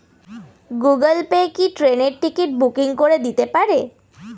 Google Pay কি ট্রেনের ticket booking করে দিতে পারে?